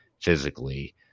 physically